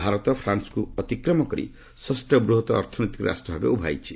ଭାରତ ଫ୍ରାନ୍ସକୁ ଅତିକ୍ରମ କରି ଷଷ୍ଠ ବୃହତ ଅର୍ଥନୈତିକ ରାଷ୍ଟ୍ରଭାବେ ଉଭା ହୋଇଛି